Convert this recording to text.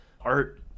art